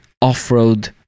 off-road